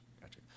Gotcha